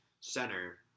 center